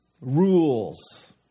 rules